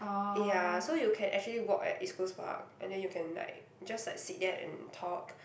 ya so you can actually walk at East-Coast-Park and then you can like just like sit there and talk